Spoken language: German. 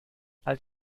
als